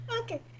Okay